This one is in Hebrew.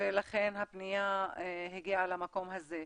ולכן הפנייה הגיעה למקום הזה.